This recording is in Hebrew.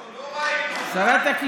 השרה,